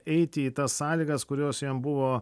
eiti į tas sąlygas kurios jiem buvo